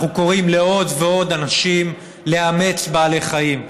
אנחנו קוראים לעוד ועוד אנשים לאמץ בעלי חיים,